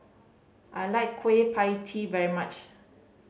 I like Kueh Pie Tee very much